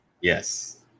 Yes